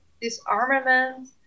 disarmament